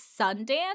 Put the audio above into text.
Sundance